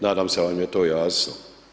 Nadam se da vam je to jasno.